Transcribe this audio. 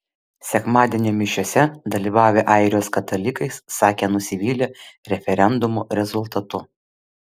sekmadienio mišiose dalyvavę airijos katalikai sakė nusivylę referendumo rezultatu